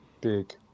big